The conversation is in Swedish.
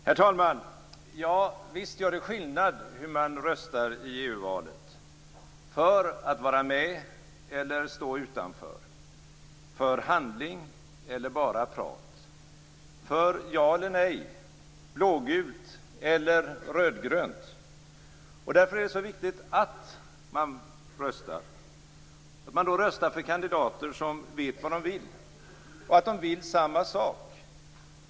Herr talman! Visst gör det skillnad hur man röstar i EU-valet - för att vara med eller att stå utanför, för handling eller bara prat, för ja eller nej, blågult eller rödgrönt. Därför är det så viktigt att man röstar, att man röstar för kandidater som vet vad de vill och att de vill samma sak.